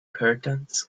curtains